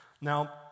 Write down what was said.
Now